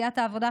סיעת העבודה,